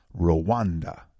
Rwanda